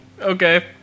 Okay